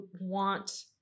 want